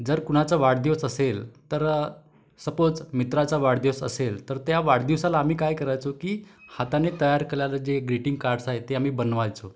जर कुणाचा वाढदिवस असेल तर सपोज मित्राचा वाढदिवस असेल तर त्या वाढदिवसाला आम्ही काय करायचो की हाताने तयार केलेलं जे ग्रीटिंग कार्ड्स आहेत ते आम्ही बनवायचो